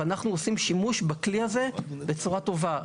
אנחנו עושים שימוש בכלי הזה בצורה טובה.